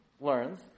learns